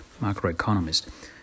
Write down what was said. macroeconomist